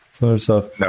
No